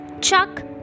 Chuck